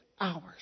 hours